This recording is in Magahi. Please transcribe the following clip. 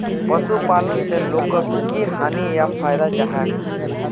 पशुपालन से लोगोक की हानि या फायदा जाहा?